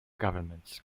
governments